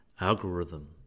algorithm